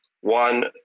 One